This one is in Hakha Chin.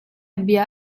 bia